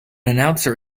announcer